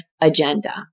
agenda